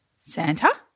Santa